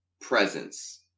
presence